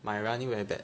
my running very bad